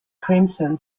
crimson